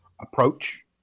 approach